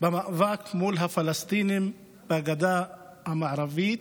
במאבק מול הפלסטינים בגדה המערבית.